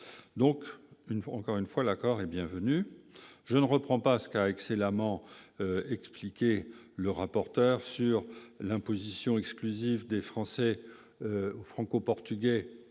fois encore une fois l'accord est bienvenue, je ne reprends pas ce qu'a excellemment expliqué le rapporteur sur l'imposition exclusif des Français. Franco-portugais